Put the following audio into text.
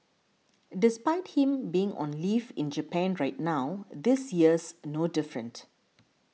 despite him being on leave in Japan right now this year's no different